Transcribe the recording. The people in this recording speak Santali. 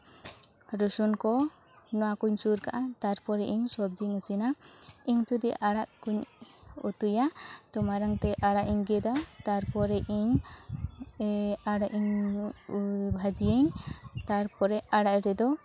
ᱨᱚᱥᱩᱱ ᱠᱚ ᱚᱱᱟᱠᱩᱧ ᱥᱩᱨ ᱠᱟᱜᱼᱟ ᱛᱟᱨᱯᱚᱨᱮ ᱤᱧ ᱥᱚᱵᱽᱡᱤᱧ ᱤᱥᱤᱱᱟ ᱤᱧ ᱡᱩᱫᱤ ᱟᱲᱟᱜ ᱠᱩᱧ ᱩᱛᱩᱭᱟ ᱛᱚ ᱢᱟᱲᱟᱝ ᱛᱮ ᱟᱲᱟᱜ ᱤᱧ ᱜᱮᱫᱟ ᱛᱟᱨᱯᱚᱨ ᱤᱧ ᱟᱲᱟᱜ ᱤᱧ ᱵᱷᱟᱹᱡᱤᱭᱟᱹᱧ ᱛᱟᱨᱯᱚᱨᱮ ᱟᱲᱟᱜ ᱨᱮᱫᱚ